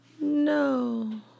No